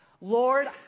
Lord